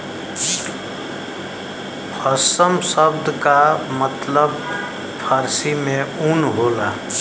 पसम सब्द का मतलब फारसी में ऊन होला